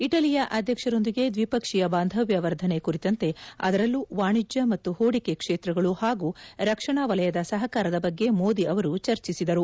ಇಟಲಿಯ ಅಧ್ಯಕ್ಷರೊಂದಿಗೆ ದ್ವಿಪಕ್ವೀಯ ಬಾಂಧವ್ಯ ವರ್ಧನೆ ಕುರಿತಂತೆ ಅದರಲ್ಲೂ ವಾಣಿಜ್ಯ ಮತ್ತು ಹೂಡಿಕೆ ಕ್ಷೇತ್ರಗಳು ಹಾಗೂ ರಕ್ಷಣಾ ವಲಯದ ಸಹಕಾರದ ಬಗ್ಗೆ ಮೋದಿ ಅವರು ಚರ್ಚಿಸಿದರು